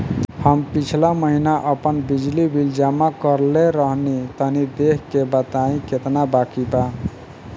हम पिछला महीना आपन बिजली बिल जमा करवले रनि तनि देखऽ के बताईं केतना बाकि बा?